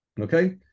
Okay